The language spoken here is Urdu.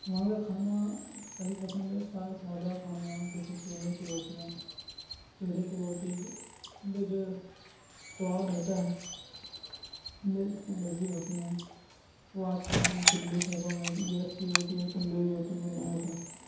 وہاں کا کھانا کہیں پسند ہے سادہ کھانا جیسے چولہے کی روٹیاں چولہے کی روٹی میں جو سواد ہوتا ہے ان میں اتنی لذیذ ہوتی ہیں وہ آج کل دلی شہروں میں جو گیس کی روٹی یا تندوری روٹی میں نہیں ہوتا